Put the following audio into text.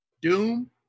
Doom